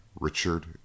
Richard